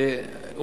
לגבי הטבות מס).